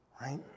right